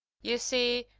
you see,